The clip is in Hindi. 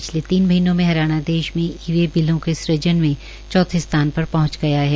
पिछले तीन महीनों में हरियाणा में ई वे बिलों के सुजन में चौथे स्थान पर पहुंच गया है